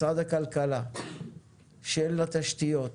משרד הכלכלה שאין לו תשתיות,